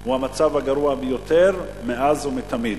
הוא המצב הגרוע ביותר מאז ומתמיד.